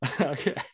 Okay